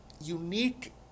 unique